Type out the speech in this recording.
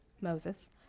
Moses